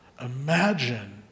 Imagine